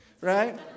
right